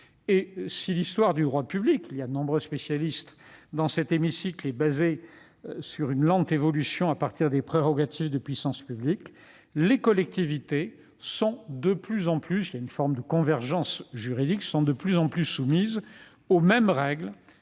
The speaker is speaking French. Si l'histoire du droit public, qui compte de nombreux spécialistes dans cet hémicycle, est basée sur une lente évolution à partir des prérogatives de puissance publique, les collectivités, dans une forme de convergence juridique, sont de plus en plus soumises aux mêmes règles